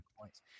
points